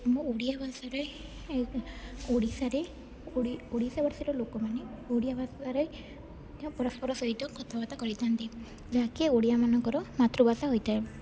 ଓଡ଼ିଆ ଭାଷାରେ ଏ ଓଡ଼ିଶାରେ ଓଡ଼ିଶା ଓଡ଼ିଶାର ଲୋକମାନେ ଓଡ଼ିଆ ଭାଷାରେ ମଧ୍ୟ ପରସ୍ପର ସହିତ କଥାବାର୍ତ୍ତା କରିଥାନ୍ତି ଯାହାକି ଓଡ଼ିଆମାନଙ୍କର ମାତୃଭାଷା ହୋଇଥାଏ